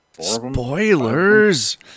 Spoilers